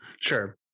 Sure